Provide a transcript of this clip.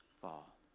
fall